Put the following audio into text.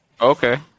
Okay